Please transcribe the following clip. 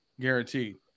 guaranteed